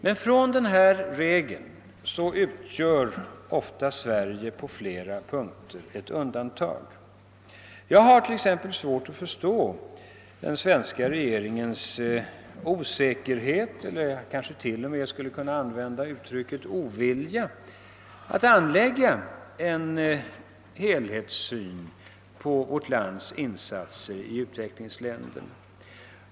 Men från den här regeln utgör Sverige på flera punkter ett undantag. Jag har t.ex. svårt att förstå den svenska regeringens osäkerhet, eller man kanske till och med skulle kunna använda uttrycket ovilja, att anlägga en helhetssyn på vårt lands insatser i utvecklingsländerna.